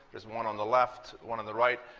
there's one on the left, one on the right.